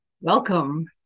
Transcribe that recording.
Welcome